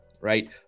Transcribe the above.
right